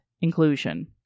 inclusion